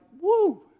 woo